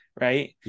right